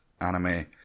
anime